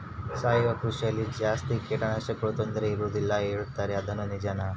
ಸಾವಯವ ಕೃಷಿಯಲ್ಲಿ ಜಾಸ್ತಿ ಕೇಟನಾಶಕಗಳ ತೊಂದರೆ ಇರುವದಿಲ್ಲ ಹೇಳುತ್ತಾರೆ ಅದು ನಿಜಾನಾ?